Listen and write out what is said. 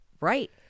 Right